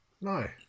No